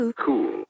Cool